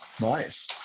nice